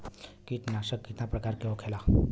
कीटनाशक कितना प्रकार के होखेला?